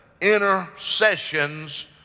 intercessions